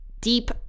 deep